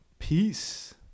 Peace